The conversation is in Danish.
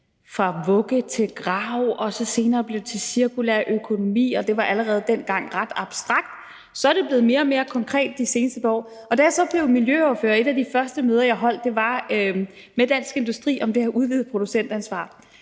fra vugge til grav, og som senere blev til cirkulær økonomi. Det var allerede dengang ret abstrakt. Det er så blevet mere og mere konkret de seneste par år, og da jeg blev miljøordfører, var et af de første møder, jeg holdt, med Dansk Industri om det her udvidede producentansvar.